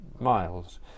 miles